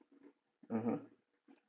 mmhmm